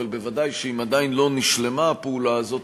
אבל ודאי שאם עדיין לא נשלמה הפעולה הזאת,